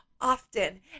often